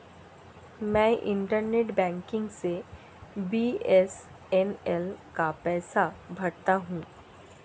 मैं internet banking से BSNL का पैसा भरता हूं